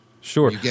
sure